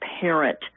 parent